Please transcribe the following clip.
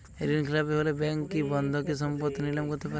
ঋণখেলাপি হলে ব্যাঙ্ক কি বন্ধকি সম্পত্তি নিলাম করতে পারে?